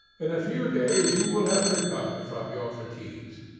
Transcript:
in a few days you will have recovered from your fatigues.